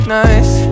nice